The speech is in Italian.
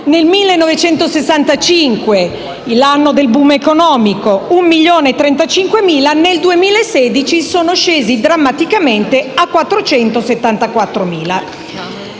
nel 1965, l'anno del *boom* economico, 1,35 milioni, nel 2016 sono scesi drammaticamente a 474.000.